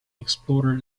explorer